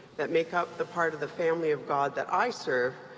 that make up the part of the family of god that i serve,